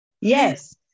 Yes